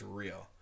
real